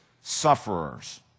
sufferers